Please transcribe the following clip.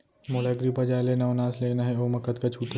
मोला एग्रीबजार ले नवनास लेना हे ओमा कतका छूट हे?